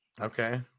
Okay